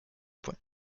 point